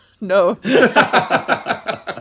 No